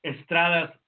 Estrada's